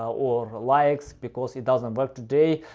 or or likes because it doesn't work today.